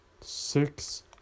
Six